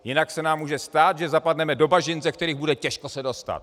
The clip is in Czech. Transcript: Jinak se nám může stát, že zapadneme do bažin, ze kterých bude těžko se dostat.